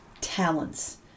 talents